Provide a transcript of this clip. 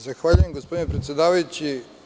Zahvaljujem se, gospodine predsedavajući.